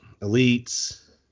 elites